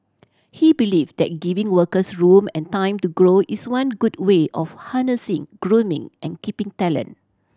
he believes that giving workers room and time to grow is one good way of harnessing grooming and keeping talent